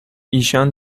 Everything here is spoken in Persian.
ایشان